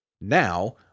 Now